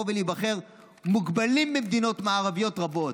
ולהיבחר מוגבלים במדינות מערביות רבות.